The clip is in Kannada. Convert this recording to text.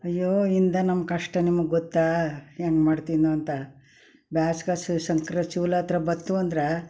ಅಯ್ಯೋ ಹಿಂದೆ ನಮ್ಮ ಕಷ್ಟ ನಿಮ್ಗೆ ಗೊತ್ತಾ ಹೆಂಗೆ ಮಾಡ್ತೀನೊ ಅಂತ ಬ್ಯಾಸ್ಗೆ ಶ್ರೀ ಶಂಕರ ಶೂಲ ಹತ್ರ ಬಂತು ಅಂದ್ರೆ